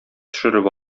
төшереп